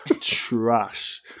trash